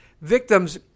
victims